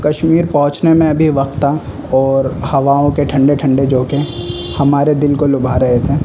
کشمیر پہنچنے میں ابھی وقت تھا اور ہواؤں کے ٹھنڈے ٹھنڈے جھونکے ہمارے دل کو لبھا رہے تھے